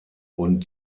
und